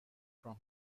from